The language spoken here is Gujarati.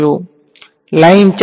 વિદ્યાર્થી લાઇન ચાર્જ